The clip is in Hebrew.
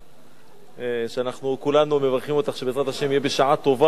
ואנחנו כולנו מברכים אותך שבעזרת השם יהיה בשעה טובה ומוצלחת